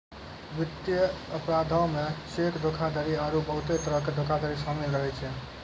वित्तीय अपराधो मे चेक धोखाधड़ी आरु बहुते तरहो के धोखाधड़ी शामिल रहै छै